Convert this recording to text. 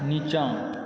नीचाँ